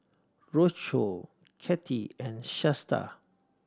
Roscoe Cathie and Shasta